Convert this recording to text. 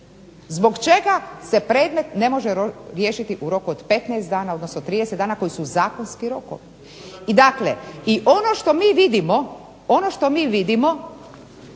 Zbog čega se predmet ne može riješiti u roku od 15 dana, odnosno 30 dana koji su zakonski rokovi? I dakle ono što mi vidimo